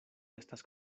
estas